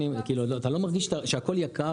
אתה לא מרגיש שהכול יקר?